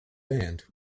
band